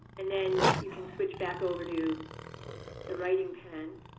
and then you can switch back over to the writing pen,